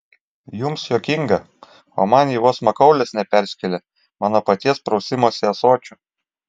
jums juokinga o man ji vos makaulės neperskėlė mano paties prausimosi ąsočiu